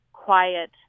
Quiet